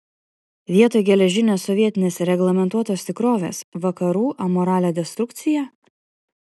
vietoj geležinės sovietinės reglamentuotos tikrovės vakarų amoralią destrukciją